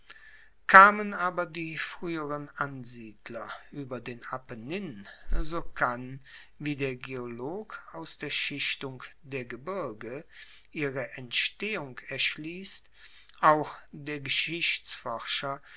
kamen aber die frueheren ansiedler ueber den apennin so kann wie der geolog aus der schichtung der gebirge ihre entstehung erschliesst auch der